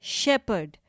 shepherd